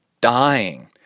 dying